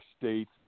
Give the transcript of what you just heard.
state